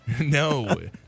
No